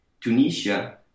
Tunisia